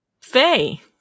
Faye